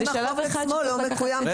וגם החוק עצמו לא מקוים,